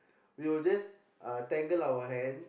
we will just uh tangle our hands